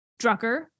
Drucker